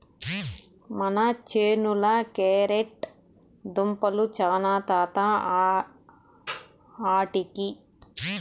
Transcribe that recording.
మన చేనుల క్యారెట్ దుంపలు చాలు తాత ఆటికి